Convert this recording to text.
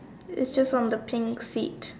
it's just on the pink seat